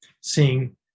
seeing